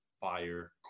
fire